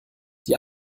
die